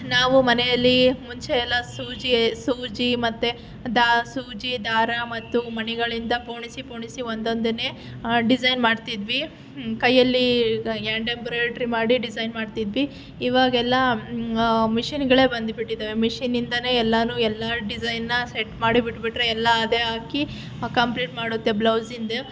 ನಾವು ಮನೆಯಲ್ಲಿ ಮುಂಚೆಯೆಲ್ಲ ಸೂಜಿ ಸೂಜಿ ಮತ್ತೆ ದಾ ಸೂಜಿ ದಾರ ಮತ್ತು ಮಣಿಗಳಿಂದ ಪೋಣಿಸಿ ಪೋಣಿಸಿ ಒಂದೊಂದನ್ನೇ ಡಿಸೈನ್ ಮಾಡ್ತಿದ್ವಿ ಕೈಯ್ಯಲ್ಲಿ ಯ್ಯಾಂಡ್ ಎಂಬೊರೇಡ್ರಿ ಮಾಡಿ ಡಿಸೈನ್ ಮಾಡ್ತಿದ್ವಿ ಇವಾಗೆಲ್ಲ ಮಿಷಿನ್ಗಳೇ ಬಂದ್ಬಿಟ್ಟಿದ್ದಾವೆ ಮಿಷಿನಿಂದನೇ ಎಲ್ಲನೂ ಎಲ್ಲ ಡಿಸೈನ್ಅನ್ನು ಸೆಟ್ ಮಾಡಿ ಬಿಟ್ಬಿಟ್ರೆ ಎಲ್ಲ ಅದೇ ಹಾಕಿ ಕಂಪ್ಲೀಟ್ ಮಾಡುತ್ತೆ ಬ್ಲೌಸಿಂದು